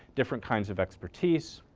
different kinds of expertise,